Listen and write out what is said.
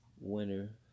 winner